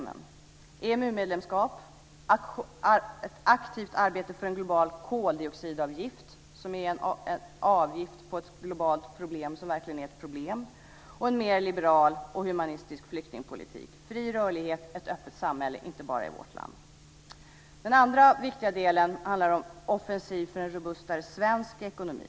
Det handlar om EMU-medlemskap, ett aktivt arbete för en global koldioxidavgift - det är en avgift som gäller ett stort globalt problem - och en mer liberal och humanistisk flyktingpolitik. Det ska vara fri rörlighet och ett öppet samhälle inte bara i vårt land. Den andra viktiga delen handlar om offensiv för en robustare svensk ekonomi.